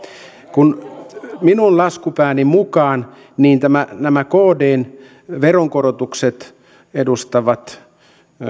kun minun laskupääni mukaan nämä kdn veronkorotukset edustavat